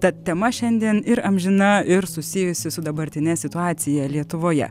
tad tema šiandien ir amžina ir susijusi su dabartine situacija lietuvoje